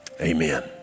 amen